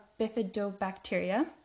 bifidobacteria